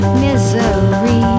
misery